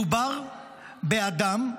מדובר באדם,